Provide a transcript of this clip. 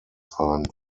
sein